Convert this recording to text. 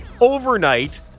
Overnight